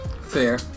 fair